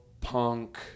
punk